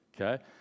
okay